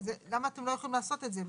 למה אתם לא יכולים לעשות את זה?